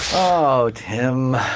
oh, tim.